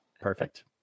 perfect